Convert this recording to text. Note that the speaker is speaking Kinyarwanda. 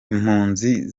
impunzi